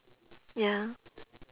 ya